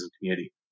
community